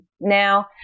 Now